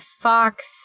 fox